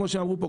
כמו שאמרו פה.